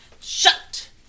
shut